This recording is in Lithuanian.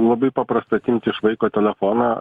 labai paprasta atimti iš vaiko telefoną